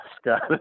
Scott